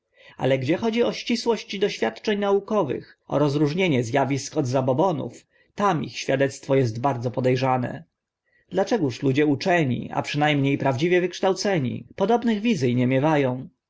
ale gdzie chodzi o ścisłość doświadczeń naukowych o rozróżnienie z awisk od zabobonów tam ich świadectwo est bardzo pode rzane dlaczegóż ludzie uczeni a przyna mnie prawdziwie wykształceni podobnych wiz i nie miewa